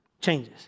changes